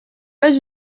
pas